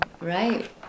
right